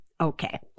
Okay